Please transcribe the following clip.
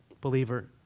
believer